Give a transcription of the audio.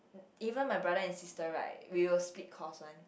even my brother and sister right we will split cost one